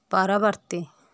ପରବର୍ତ୍ତୀ